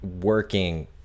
working